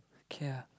K ah